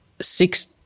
six